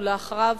ולאחריו,